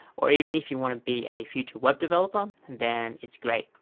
or even if you want to be a future web developer then it's great.